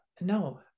no